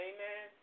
Amen